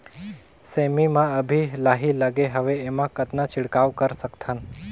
सेमी म अभी लाही लगे हवे एमा कतना छिड़काव कर सकथन?